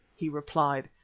he replied,